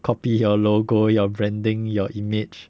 copy your logo your branding your image